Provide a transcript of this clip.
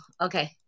okay